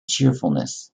cheerfulness